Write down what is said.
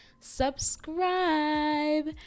Subscribe